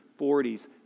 40s